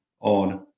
on